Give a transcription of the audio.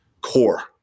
core